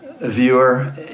Viewer